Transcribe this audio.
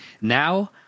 Now